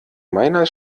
meiner